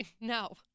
no